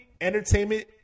entertainment